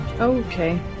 Okay